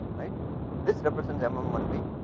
right this represents m m one b